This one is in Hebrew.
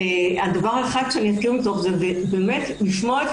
הוא באמת לשמוע את